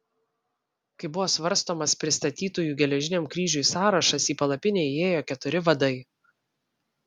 kai buvo svarstomas pristatytųjų geležiniam kryžiui sąrašas į palapinę įėjo keturi vadai